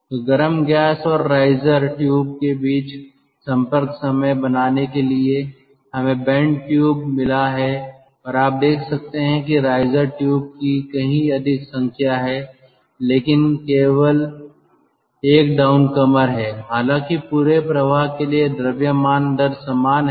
तो गर्म गैस और राइजर ट्यूब के बीच संपर्क समय बनाने के लिए हमें बेंड ट्यूब मिला है और आप देख सकते हैं कि राइजर ट्यूब की कहीं अधिक संख्या है लेकिन केवल एक डाउनकमर है हालांकि पूरे प्रवाह के लिए द्रव्यमान दर समान है